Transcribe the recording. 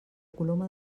coloma